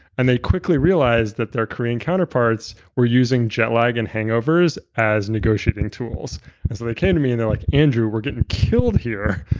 and they quickly realized that their korean counterparts were using jet lag and hangovers as negotiating tools they came to me and they're like, andrew, we're getting killed here,